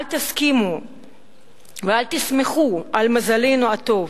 אל תסמכו על מזלנו הטוב.